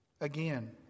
Again